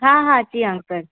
हा हा जी अंकल